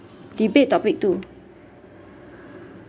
debate topic two